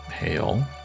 hail